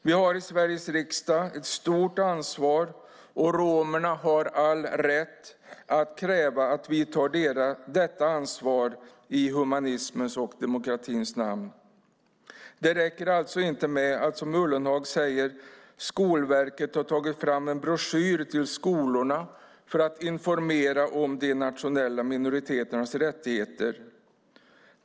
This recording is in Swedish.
Vi har i Sveriges riksdag ett stort ansvar och romerna har all rätt att kräva att vi tar detta ansvar i humanismens och demokratins namn. Det räcker alltså inte med att, som Ullenhag säger, Skolverket har tagit fram en broschyr till skolorna för att informera om de nationella minoriteternas rättigheter.